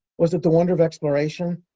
was it the wonder of exploration?